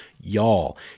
Y'all